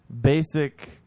basic